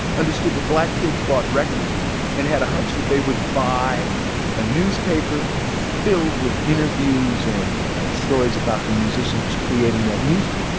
understood that black kids bought records and had a hunch that they would buy a newspaper filled with interviews and and stories about the musicians creating that music.